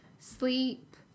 Sleep